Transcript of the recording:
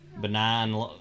benign